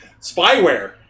spyware